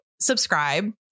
subscribe